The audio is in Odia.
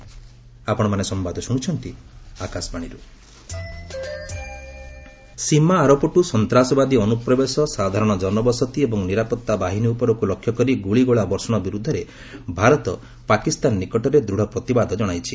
ଇଣ୍ଡିଆ ପ୍ରୋଟେଷ୍ଟ ପାକ୍ ସୀମା ଆରପଟୁ ସନ୍ତାସବାଦୀ ଅନୁପ୍ରବେଶ ସାଧାରଣ ଜନବସତି ଏବଂ ନିରାପତ୍ତା ବାହିନୀ ଉପରକୁ ଲକ୍ଷ୍ୟ କରି ଗୁଳିଗୋଳା ବର୍ଷଣ ବିରୁଦ୍ଧରେ ଭାରତ ପାକିସ୍ତାନ ନିକଟରେ ଦୂଢ଼ ପ୍ରତିବାଦ ଜଣାଇଛି